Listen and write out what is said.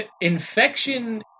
infection